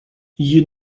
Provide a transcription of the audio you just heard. you